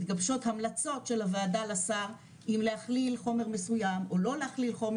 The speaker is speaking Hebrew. מתגבשות המלצות של הוועדה לשר אם להכליל חומר מסוים או לא להכליל חומר